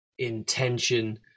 intention